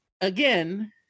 again